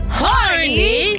horny